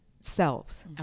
selves